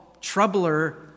Troubler